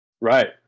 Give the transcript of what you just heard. Right